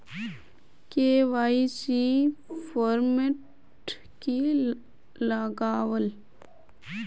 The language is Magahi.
के.वाई.सी फॉर्मेट की लगावल?